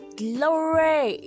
glory